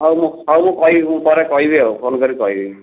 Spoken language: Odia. ହେଉ ମୁଁ ହେଉ ମୁଁ କହିବି ମୁଁ ପରେ କହିବି ଆଉ ଫୋନ୍ କରି କହିବି ମୁଁ